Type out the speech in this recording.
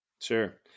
Sure